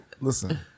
Listen